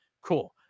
cool